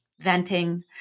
venting